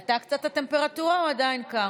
עלתה קצת הטמפרטורה או שעדיין קר?